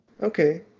Okay